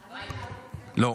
--- לא.